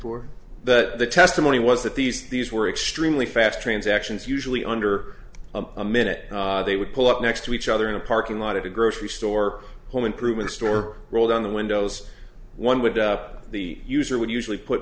forth but the testimony was that these these were extremely fast transactions usually under a minute they would pull up next to each other in a parking lot at a grocery store home improvement store roll down the windows one would up the user would usually put